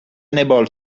unable